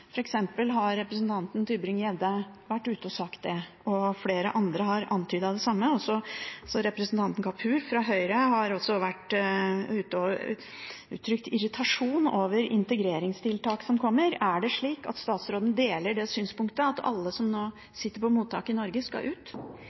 har representanten Tybring-Gjedde vært ute og sagt det. Flere andre har antydet det samme. Representanten Kapur fra Høyre har også uttrykt irritasjon over integreringstiltak som kommer. Er det slik at statsråden deler det synspunktet at alle som nå sitter på mottak i Norge, skal ut?